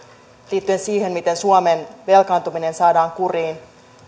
liittyen siihen miten suomen velkaantuminen saadaan kuriin